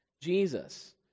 Jesus